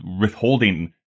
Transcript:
withholding